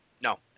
No